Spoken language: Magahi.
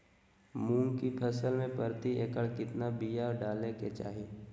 मूंग की फसल में प्रति एकड़ कितना बिया डाले के चाही?